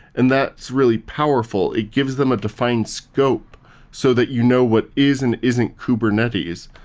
and that's really powerful. it gives them a defined scope so that you know what is and isn't kubernetes.